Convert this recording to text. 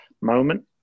moment